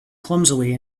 clumsily